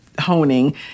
honing